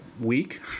week